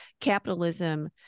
capitalism